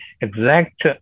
exact